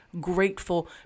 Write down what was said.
grateful